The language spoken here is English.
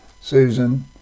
Susan